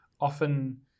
often